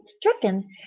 stricken